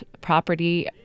property